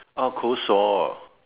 oh cold sore